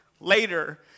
later